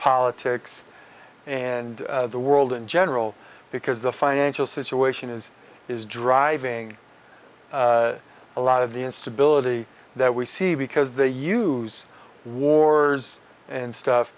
politics and the world in general because the financial situation is is driving a lot of the instability that we see because they use wars and stuff